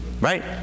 right